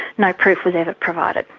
no proof was ever provided.